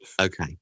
Okay